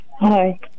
Hi